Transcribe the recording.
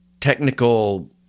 technical